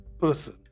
person